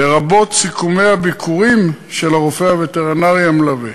לרבות סיכומי הביקורים של הרופא הווטרינר המלווה,